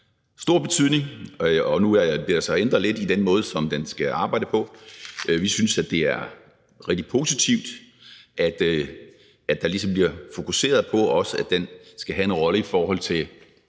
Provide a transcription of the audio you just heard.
stor betydning, og nu bliver der så ændret lidt i den måde, den skal arbejde på. Vi synes, at det er rigtig positivt, at der ligesom bliver fokuseret på, at den også skal have en rolle at spille i